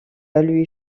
lui